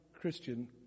Christian